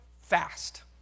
fast